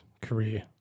career